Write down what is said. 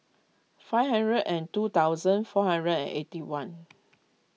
five hundred and two thousand four hundred and eighty one